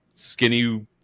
skinny